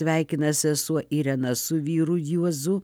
sveikina sesuo irena su vyru juozu